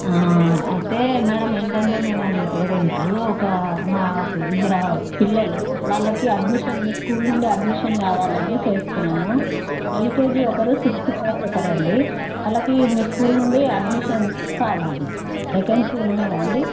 అయితే మేడం ఏంటంటే నేను యాస్ ఏ పేరెంటు ఒక మాకు ఇద్దరు పిల్లలు వాళ్లకి అడ్మిషన్ మీ స్కూల్ నుండి అడ్మిషన్ కావాలని చేస్తున్నాము ఎల్కేజీ ఒక్కరు సిక్స్త్ క్లాస్ ఒకరండి వాళ్లకి మీ స్కూల్ నుండి అడ్మిషన్స్ కావాలి వేకెన్సీ ఉన్నాయండి